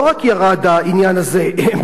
לא רק העניין הזה ירד,